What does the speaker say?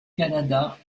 canada